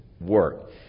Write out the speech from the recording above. work